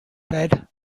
fed